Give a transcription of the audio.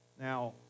Now